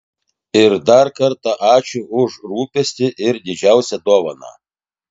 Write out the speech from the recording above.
ir dar kartą ačiū už rūpestį ir didžiausią dovaną